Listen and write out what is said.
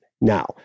Now